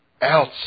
else